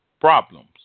problems